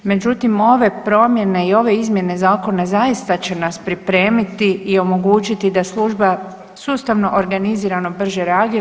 Međutim, ove promjene i ove izmjene zakona zaista će nas pripremiti i omogućiti da služba sustavno organizirano brže reagira.